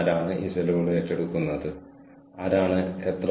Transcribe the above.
എനിക്ക് നിങ്ങളെ അറിയില്ല